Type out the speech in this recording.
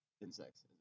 insects